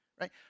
right